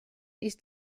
ist